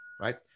right